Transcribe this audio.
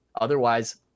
otherwise